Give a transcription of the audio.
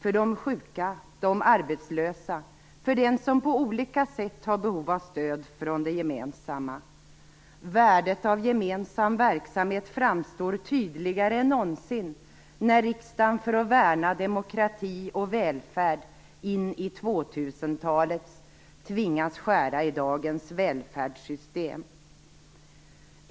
för de sjuka, för de arbetslösa och för dem som på olika sätt har behov av stöd från det gemensamma. Värdet av gemensam verksamhet framstår tydligare än någonsin när riksdagen för att värna demokrati och välfärd in i 2000-talet tvingas skära i dagens välfärdssystem.